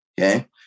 okay